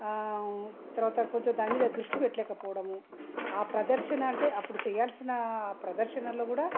తరువాత కొంచెం దాని మీద దృష్టి పెట్టలేకపోవడము ఆ ప్రదర్శన అంటే అప్పుడు చేయాల్సిన ప్రదర్శనలు కూడా